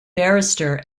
barrister